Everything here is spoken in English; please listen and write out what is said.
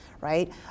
right